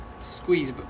squeeze